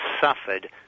suffered